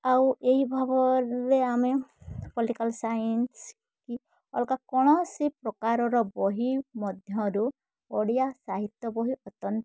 ଆଉ ଏହି ଭାବରେ ଆମେ ପଲିଟିକାଲ୍ ସାଇନ୍ସ୍ କି ଅଲଗା କୌଣସି ପ୍ରକାରର ବହି ମଧ୍ୟରୁ ଓଡ଼ିଆ ସାହିତ୍ୟ ବହି ଅତ୍ୟନ୍ତ